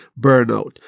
burnout